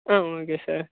ah okay sir